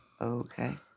Okay